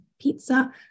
pizza